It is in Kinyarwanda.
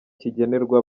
kigenerwa